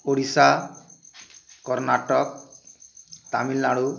Odisha Karnataka Tamil Nadu